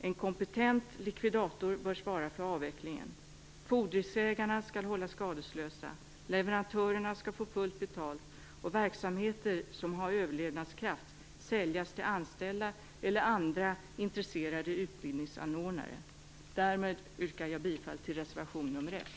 En kompetent likvidator bör svara för avvecklingen. Fordringsägarna skall hållas skadeslösa. Leverantörerna skall få fullt betalt och verksamheter som har överlevnadskraft säljas till anställda eller andra intresserade utbildningsanordnare. Därmed yrkar jag bifall till reservation nr 1.